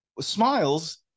smiles